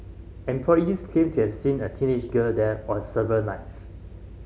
employees claimed to have seen a teenage girl there on several nights